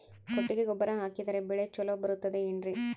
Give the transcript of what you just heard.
ಕೊಟ್ಟಿಗೆ ಗೊಬ್ಬರ ಹಾಕಿದರೆ ಬೆಳೆ ಚೊಲೊ ಬರುತ್ತದೆ ಏನ್ರಿ?